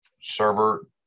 server